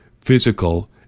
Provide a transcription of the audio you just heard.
physical